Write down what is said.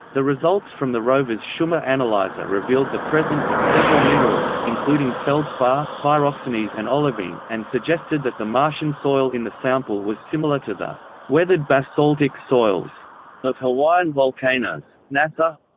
the results from the rover's chemin analyzer revealed the presence of several minerals, including feldspar, pyroxenes and olivine, and suggested that the martian soil in the sample was similar to the weathered basaltic soils of hawaiian volcanoes. ibm's ah